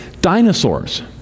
Dinosaurs